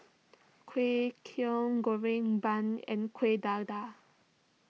Kway Teow Goreng Bun and Kueh Dadar